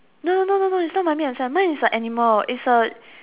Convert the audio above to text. no no no no no is not mummy and Sam mine is a animal is a